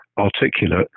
articulate